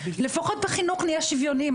לפחות בחינוך נהיה שוויוניים.